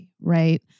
right